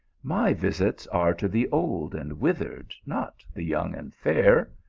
my visits are to the old and withered, not the young and fair.